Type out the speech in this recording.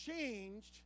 changed